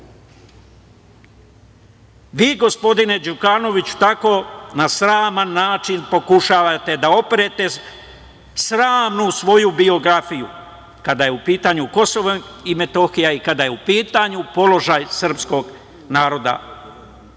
Vi gospodine Đukanoviću, tako na sraman način pokušavate da operete sramnu svoju biografiju kada je u pitanju KiM i kada je u pitanju položaj srpskog naroda